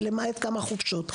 למעט כמה חופשות.